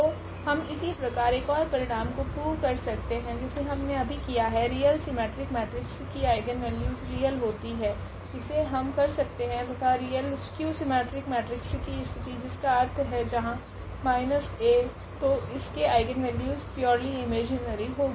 तो हम इसी प्रकार एक ओर परिणाम को प्रूव कर सकते है जैसे हमने अभी किया है रियल सीमेट्रिक मेट्रिक्स की आइगनवेल्यूस रियल होती है इसे हम कर सकते है तथा रियल स्क्यू सीमेट्रिक मेट्रिक्स की स्थिति जिसका अर्थ है यहाँ माइनस A तो इसके आइगनवेल्यूस प्यूरली इमेजीनरी होगी